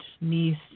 niece